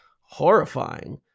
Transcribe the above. horrifying